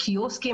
העורף.